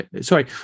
sorry